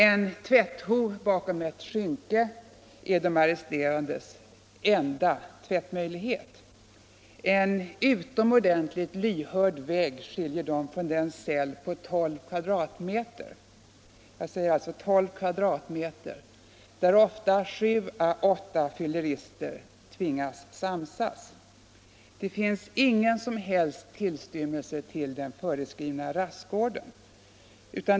En tvättho bakom ett skynke är de arresterades enda tvättmöjlighet. En utomordentligt dåligt ljudisolerad vägg skiljer dem från den cell på 12 kvadratmeter — jag upprepar 12 kvadratmeter — där ofta sju å åtta fyllerister är tvingade att samsas. Det finns ingen tillstymmelse till den föreskrivna rastgården.